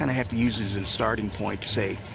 and have to use it as a starting point, to say,